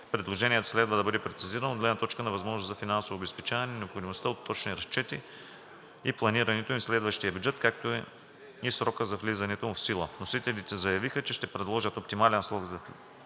Предложението следва да бъде прецизирано от гледна точка на възможностите за финансово обезпечаване, необходимостта от точни разчети и планирането им в следващ бюджет, както и срока за влизането му в сила. Вносителите заявиха, че ще предложат оптимален срок за влизането